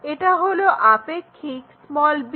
এটা হলো আপেক্ষিক b'